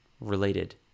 related